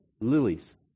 Lilies